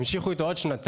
הם המשיכו איתו עוד שנתיים.